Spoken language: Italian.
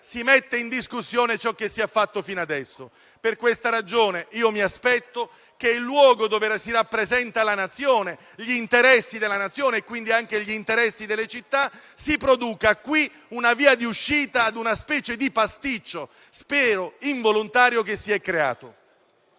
si metta in discussione ciò che è stato fatto sino ad adesso. Per questa ragione mi aspetto che qui, nel luogo dove si rappresenta la nazione e suoi interessi e quindi anche gli interessi delle città, si produca una via d'uscita ad una specie di pasticcio, spero involontario, che si è creato.